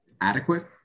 adequate